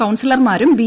കൌൺസിലർമാരും B